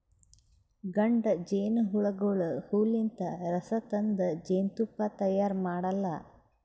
ಗಂಡ ಜೇನಹುಳಗೋಳು ಹೂವಲಿಂತ್ ರಸ ತಂದ್ ಜೇನ್ತುಪ್ಪಾ ತೈಯಾರ್ ಮಾಡಲ್ಲಾ